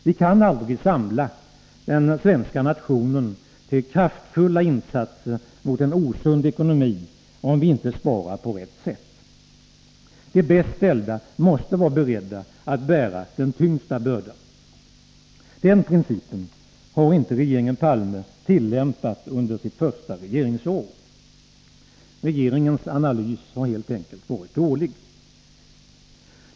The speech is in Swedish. Vi kan aldrig samla den svenska nationen till kraftfulla insatser mot en osund ekonomi om vi inte sparar på rätt sätt. De bäst ställda måste vara beredda att bära den tyngsta bördan. Den principen har inte regeringen Palme tillämpat under sitt första regeringsår. Regeringens analys har helt enkelt varit dålig.